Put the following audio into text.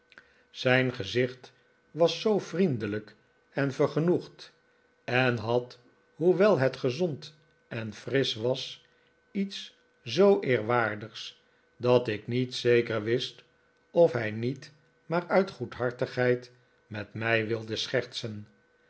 zijn gezicht was zoo vriendelijk en vergenoegd en had hoewel het gezond en frisch was iets zoo eerwaardigs dat ik niet zeker wist of hij niet maar uit goedhartigheid met mij wilde schertsen